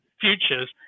futures